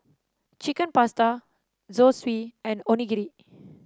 Chicken Pasta Zosui and Onigiri